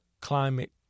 climate